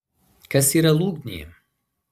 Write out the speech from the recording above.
kas yra lūgnė